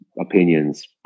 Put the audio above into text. opinions